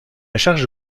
charge